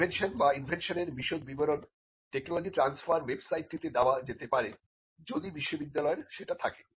invention বা ইনভেনশনের বিশদ বিবরণ টেকনোলজি ট্রান্সফার ওয়েবসাইটটিতে দেওয়া যেতে পারে যদি বিশ্ববিদ্যালয়ের সেটা থাকে